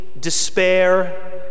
despair